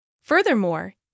Furthermore